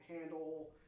handle